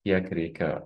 kiek reikia